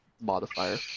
modifier